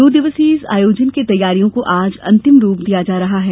दो दिवसीय इस आयोजन की तैयारियों को आज अंतिम रूप दिया जा रहा है